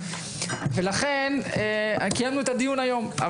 לכן אנחנו מקיימים את הדיון היום.